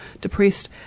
depressed